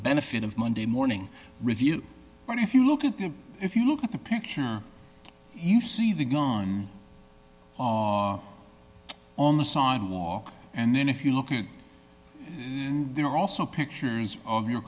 benefit of monday morning review but if you look at that if you look at the picture you see the gun on the sidewalk and then if you look at it and there are also pictures of your